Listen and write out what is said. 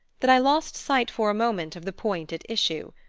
that i lost sight for a moment of the point at issue.